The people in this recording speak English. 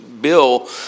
Bill